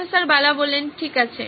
professor Bala ঠিক আছে